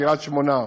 קריית שמונה,